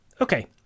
Okay